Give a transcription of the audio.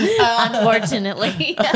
unfortunately